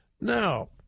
Now